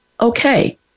okay